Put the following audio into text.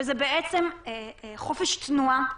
וזה חופש התנועה,